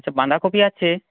আচ্ছা বাঁধাকপি আছে